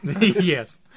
Yes